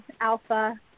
alpha